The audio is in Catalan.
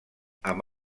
amb